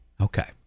Okay